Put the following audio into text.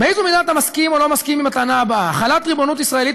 "באיזו מידה אתה מסכים או לא מסכים עם הטענה הבאה: החלת ריבונות ישראלית